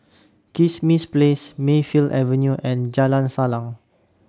Kismis Place Mayfield Avenue and Jalan Salang